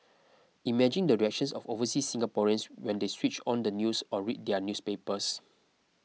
imagine the reactions of overseas Singaporeans when they switched on the news or read their newspapers